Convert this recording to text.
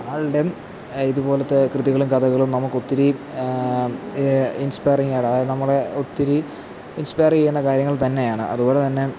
ആളുടേയും ഇതുപോലത്തെ കൃതികളും കഥകളും നമുക്ക് ഒത്തിരി ഇൻസ്പയറിങ്ങാണ് അതു നമ്മളെ ഒത്തിരി ഇൻസ്പർ ചെയ്യുന്ന കാര്യങ്ങൾ തന്നെയാണ് അതുപോലെ തന്നെ